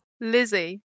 Lizzie